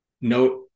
note